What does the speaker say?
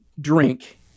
drink